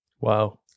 Wow